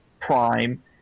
Prime